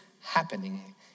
happening